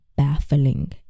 Baffling